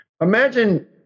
imagine